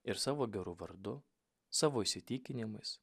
ir savo geru vardu savo įsitikinimais